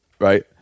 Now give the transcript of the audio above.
right